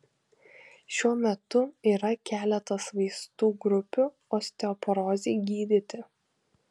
šiuo metu yra keletas vaistų grupių osteoporozei gydyti